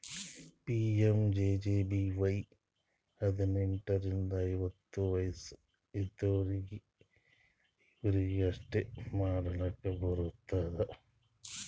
PMJJBY ಹದ್ನೆಂಟ್ ರಿಂದ ಐವತ್ತ ವಯಸ್ ಇದ್ದವ್ರಿಗಿ ಅಷ್ಟೇ ಮಾಡ್ಲಾಕ್ ಬರ್ತುದ